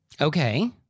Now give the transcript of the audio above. Okay